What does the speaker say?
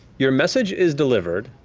your message is delivered.